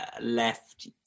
left